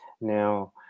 now